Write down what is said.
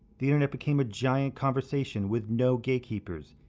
the internet became a giant conversation with no gatekeepers.